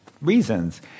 reasons